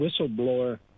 whistleblower